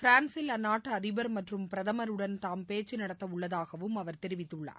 பிரான்ஸில் அந்நாட்டு அதிபர் மற்றும் பிரதமருடன் தாம் பேச்சு நடத்த உள்ளதாகவும் அவர் தெரிவித்துள்ளார்